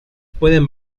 pueden